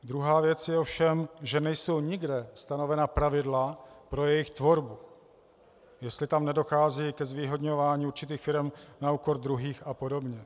Druhá věc je ovšem, že nejsou nikde stanovena pravidla pro jejich tvorbu, jestli tam nedochází ke zvýhodňování určitých firem na úkor druhých a podobně.